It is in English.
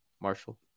marshall